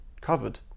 covered